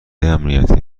امنیتی